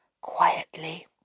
quietly